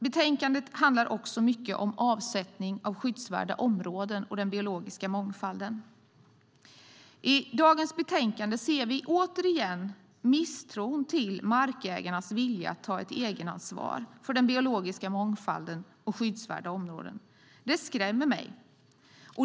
Betänkandet handlar också om avsättning av skyddsvärda områden och den biologiska mångfalden. I dagens betänkande ser vi återigen misstron mot markägarnas vilja att ta ett egenansvar för den biologiska mångfalden och för skyddsvärda områden. Det skrämmer mig.